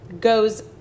goes